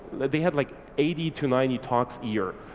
they had like eighty to ninety talks a year.